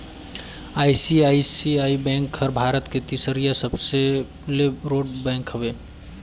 ICICI bank हर भारत के तीसरईया सबले रोट बेंक हवे